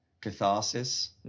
catharsis